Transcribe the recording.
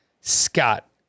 Scott